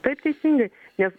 taip teisingai nes